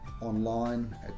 online